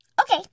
Okay